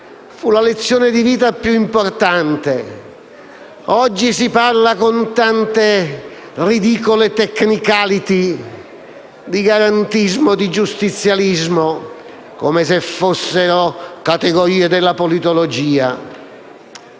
fu il maestro di vita più importante. Oggi si parla con tante ridicole *technicality* di garantismo e di giustizialismo come se fossero categorie della politologia.